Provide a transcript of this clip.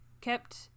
kept